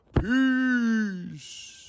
Peace